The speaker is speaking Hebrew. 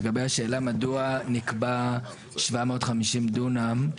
לגבי השאלה מדוע נקבע 750 דונם,